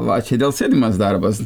va čia dėl sėdimas darbas